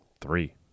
Three